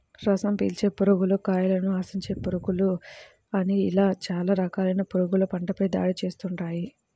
రసం పీల్చే పురుగులు, కాయను ఆశించే పురుగులు అని ఇలా చాలా రకాలైన పురుగులు పంటపై దాడి చేస్తుంటాయి